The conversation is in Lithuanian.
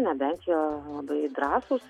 nebent jie labai drąsūs